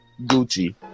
gucci